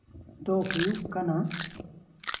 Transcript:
ᱫᱚ ᱦᱩᱭᱩᱜ ᱠᱟᱱᱟ